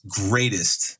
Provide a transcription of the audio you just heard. greatest